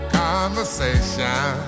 conversation